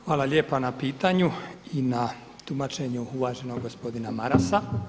Hvala lijepa na pitanju i na tumačenju uvaženog gospodina Marasa.